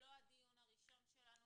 זה לא הדיון הראשון שלנו